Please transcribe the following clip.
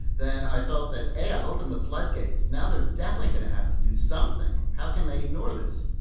then i felt that, a, i've opened the floodgates. now they're definitely going to have to do something. how can they ignore this?